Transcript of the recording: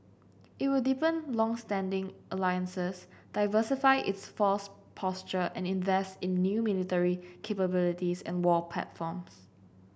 it will deepen long standing alliances diversify its force posture and invest in new military capabilities and war platforms